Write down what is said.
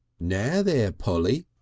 nar then polly!